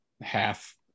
half